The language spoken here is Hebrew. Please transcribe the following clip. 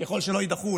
ככל שלא יידחו,